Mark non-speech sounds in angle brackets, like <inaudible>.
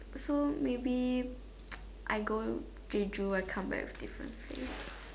so maybe <noise> I go Jeju I come back with different face